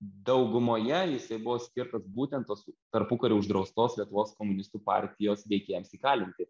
daugumoje jisai buvo skirtas būtent tos tarpukariu uždraustos lietuvos komunistų partijos veikėjams įkalinti